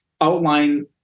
outline